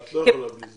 את לא יכולה בלי זה.